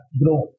grow